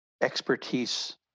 expertise